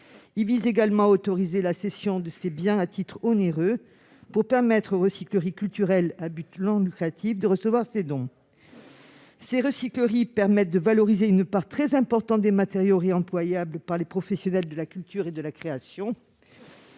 Il vise également à autoriser la cession de ces biens à titre onéreux pour permettre aux recycleries culturelles à but non lucratif de recevoir ces dons. Ces recycleries permettent de valoriser une part très importante des matériaux réemployables par les professionnels de la culture et de la création.